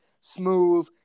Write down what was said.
smooth